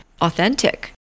authentic